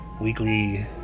weekly